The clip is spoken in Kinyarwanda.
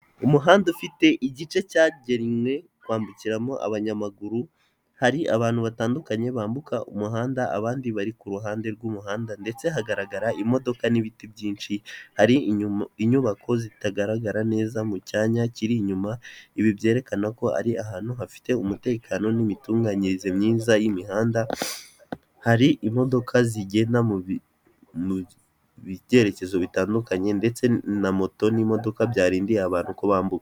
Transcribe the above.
Umuhanda ufite igice cyagenwe kwambukiramo abanyamaguru, hari abantu batandukanye bambuka umuhanda abandi bari ku ruhande rw'umuhanda. Ndetse hagaragara imodoka n'ibiti byinshi, hari inyubako zitagaragara neza mu cyanya kiri inyuma. Ibi byerekana ko ari ahantu hafite umutekano n'imitunganyirize myiza y'imihanda. Hari imodoka zigenda mu byerekezo bitandukanye ndetse na moto n'imodoka byarindiye abantu ko bambuka.